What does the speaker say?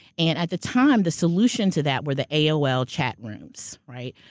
and at the time, the solution to that were the aol chat rooms, right?